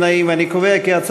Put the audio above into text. תשלומים לחיילים בשירות סדיר),